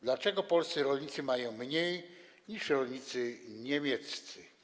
Dlaczego polscy rolnicy mają mniej niż rolnicy niemieccy?